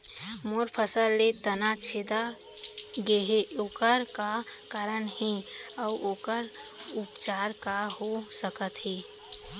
मोर फसल के तना छेदा गेहे ओखर का कारण हे अऊ ओखर उपचार का हो सकत हे?